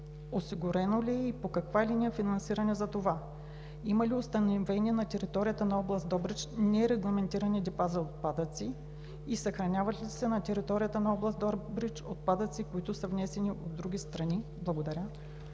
Осигурено ли е и по каква линия финансиране за това? Има ли установени на територията на област Добрич нерегламентирани депа за отпадъци? Съхраняват ли се на територията на област Добрич отпадъци, които са внесени от други страни? Благодаря.